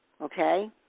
okay